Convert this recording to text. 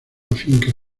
finca